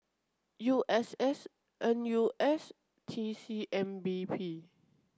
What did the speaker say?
U S S N U S T C M B P